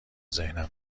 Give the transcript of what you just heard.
ذهنم